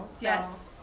Yes